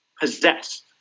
possessed